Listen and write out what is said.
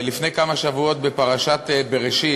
לפני כמה שבועות, בפרשת בראשית,